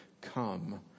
come